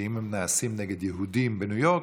שאם הם היו נעשים נגד יהודים בניו יורק,